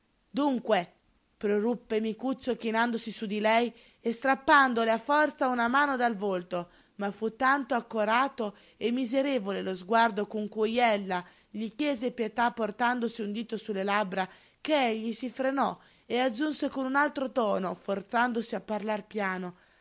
ascolto dunque proruppe micuccio chinandosi su lei e strappandole a forza una mano dal volto ma fu tanto accorato e miserevole lo sguardo con cui ella gli chiese pietà portandosi un dito su le labbra che egli si frenò e aggiunse con altro tono forzandosi a parlar piano